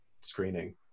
screening